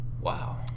Wow